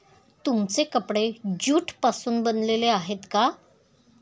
तुमचे कपडे ज्यूट पासून बनलेले आहेत का?